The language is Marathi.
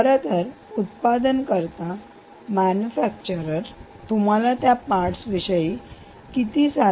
खरंतर उत्पादनकरता मॅन्युफॅक्चरर तुम्हाला त्या पार्टस विषयी किती चालेल याची माहिती देतो